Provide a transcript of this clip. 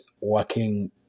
working